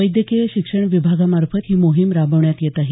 वैद्यकीय शिक्षण विभागामार्फत ही मोहीम राबवण्यात येत आहे